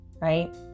right